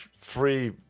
free